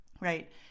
right